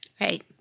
Right